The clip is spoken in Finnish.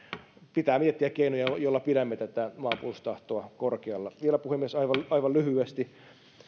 pitää miettiä keinoja joilla pidämme tätä maanpuolustustahtoa korkealla vielä puhemies aivan aivan lyhyesti